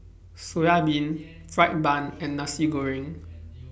Soya Milk Fried Bun and Nasi Goreng